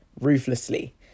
ruthlessly